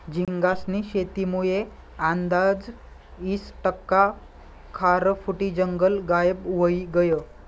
झींगास्नी शेतीमुये आंदाज ईस टक्का खारफुटी जंगल गायब व्हयी गयं